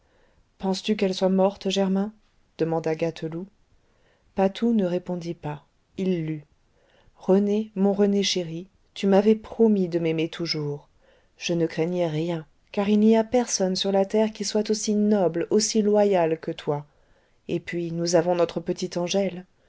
penses-tu qu'elle soit morte germain demanda gâteloup patou ne répondit pas il lut rené mon rené chéri tu m'avais promis de m'aimer toujours je ne craignais rien car il n'y a personne sur la terre qui soit aussi noble aussi loyal que toi et puis nous avons notre petite angèle